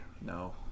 no